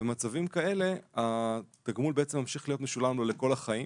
במצבים כאלה התגמול ממשיך להיות משולם לו לכל החיים